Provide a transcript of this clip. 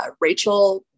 Rachel